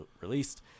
released